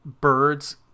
birds